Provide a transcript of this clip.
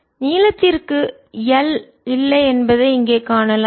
α β 1 நீளத்திற்கு L இல்லை என்பதை இங்கே காணலாம்